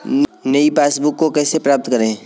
नई पासबुक को कैसे प्राप्त करें?